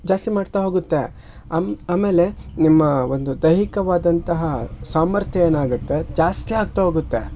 ಜಾಸ್ತಿ ಮಾಡ್ತಾ ಹೋಗುತ್ತೆ ಆಮೇಲೆ ನಿಮ್ಮ ಒಂದು ದೈಹಿಕವಾದಂತಹ ಸಾಮರ್ಥ್ಯ ಏನಾಗತ್ತೆ ಜಾಸ್ತಿ ಆಗ್ತಾ ಹೋಗುತ್ತೆ